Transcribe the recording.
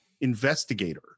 investigator